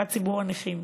לטובת ציבור הנכים.